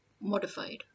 modified